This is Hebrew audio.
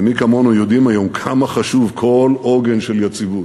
ומי כמונו יודעים היום כמה חשוב כל עוגן של יציבות.